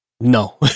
No